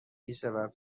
بیسبب